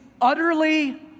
utterly